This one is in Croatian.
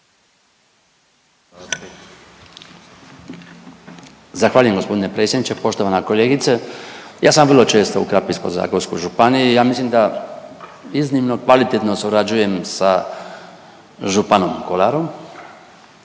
Zahvaljujem gospodine predsjedniče. Poštovana kolegice, ja sam vrlo često u Krapinsko-zagorskoj županiji. Ja mislim da iznimno kvalitetno surađujem sa županom Kolarom.